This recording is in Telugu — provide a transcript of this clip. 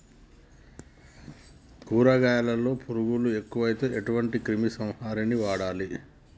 కూరగాయలలో పురుగులు ఎక్కువైతే ఎటువంటి క్రిమి సంహారిణి వాడాలి?